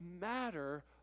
matter